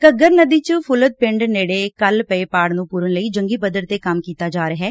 ਘੱਗਰ ਨਦੀ ਚ ਫੁਲਦ ਪਿੰਡ ਨੇੜੇ ਕੱਲ ਪਏ ਪਾੜ ਨੁੰ ਪੁਰਨ ਲਈ ਜੰਗੀ ਪੱਧਰ ਤੇ ਕੰਮ ਕੀਤੇ ਜਾ ਰਿਹੈ